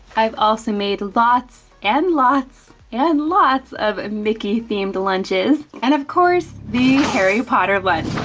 i've also made lots and lots and lots, of mickey-themed lunches. and of course, the harry potter lunch.